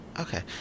Okay